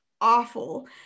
awful